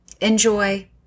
Enjoy